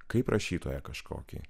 kaip rašytoją kažkokį